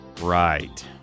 Right